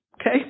Okay